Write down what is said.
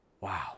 Wow